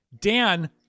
Dan